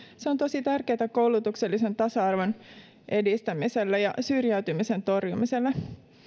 se on tosi tärkeää koulutuksellisen tasa arvon edistämisessä ja syrjäytymisen torjumisessa